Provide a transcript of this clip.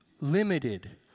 limited